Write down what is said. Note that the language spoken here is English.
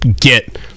get